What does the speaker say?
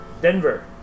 Denver